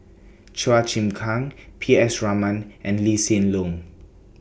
Chua Chim Kang P S Raman and Lee Hsien Loong